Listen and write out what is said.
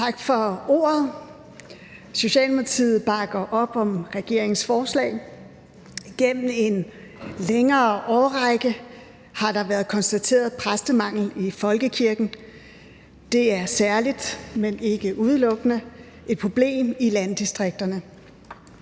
Tak for ordet. Socialdemokratiet bakker op om regeringens forslag. Igennem en længere årrække har der været konstateret præstemangel i folkekirken. Det er særlig, men ikke udelukkende et problem i landdistrikterne.